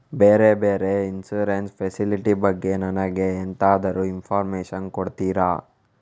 ಬೇರೆ ಬೇರೆ insurance facility ಬಗ್ಗೆ ನನಗೆ ಎಂತಾದ್ರೂ ಇನ್ಫೋರ್ಮೇಷನ್ ಕೊಡ್ತೀರಾ?